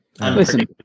Listen